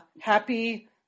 happy